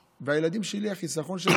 ואז מה שקורה זה שלאחר 18 שנה,